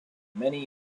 many